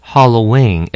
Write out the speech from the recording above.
Halloween